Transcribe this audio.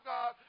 God